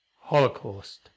Holocaust